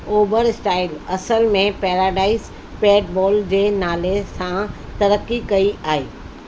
UberStrike असल में paradise पेटबॉल जे नाले सां तरक़ी कई आहे